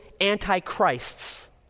antichrists